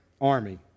army